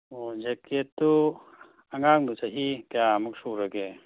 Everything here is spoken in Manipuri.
ꯑꯣ ꯖꯦꯀꯦꯠꯇꯨ ꯑꯉꯥꯡꯗꯨ ꯆꯍꯤ ꯀꯌꯥꯃꯨꯛ ꯁꯨꯔꯒꯦ